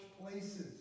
places